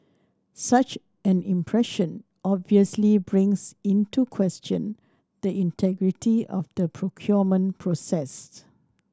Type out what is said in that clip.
such an impression obviously brings into question the integrity of the procurement process